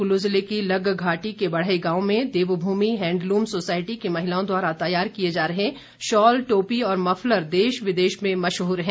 कुल्लू जिले की लग घाटी के बढ़ई गांव में देवभूमि हैंडलूम सोसायटी की महिलाओं द्वारा तैयार किए जा रहे शॉल टोपी और मफलर देश विदेश में मशहूर हैं